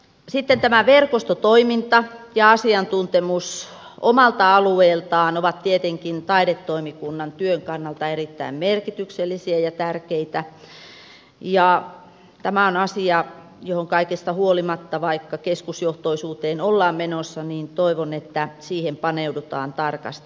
sitten verkostotoiminta ja asiantuntemus omalta alueeltaan ovat tietenkin taidetoimikunnan työn kannalta erittäin merkityksellisiä ja tärkeitä ja tämä on asia johon kaikesta huolimatta vaikka keskusjohtoisuuteen ollaan menossa toivon paneuduttavan tarkasti